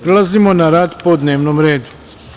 Prelazimo na rad po dnevnom redu.